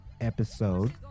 episode